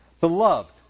Beloved